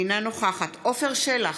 אינה נוכחת עפר שלח,